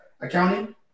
accounting